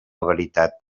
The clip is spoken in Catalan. veritat